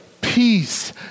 peace